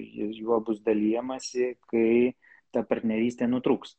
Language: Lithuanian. ji juo bus dalijamasi kai ta partnerystė nutrūks